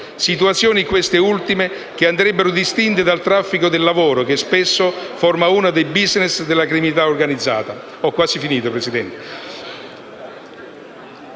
Situazioni, queste ultime, che andrebbero distinte dal traffico del lavoro, che spesso forma uno dei *business* della criminalità organizzata.